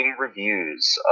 Reviews